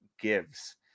gives